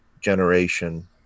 generation